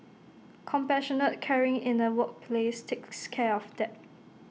compassionate caring in the workplace takes care of that